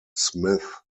smith